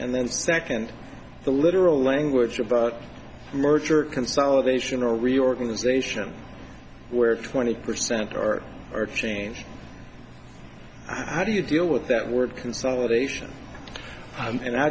and then second the literal language of a merger consolidation or reorganization where twenty percent or or change how do you deal with that word consolidation and how